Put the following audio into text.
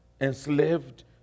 enslaved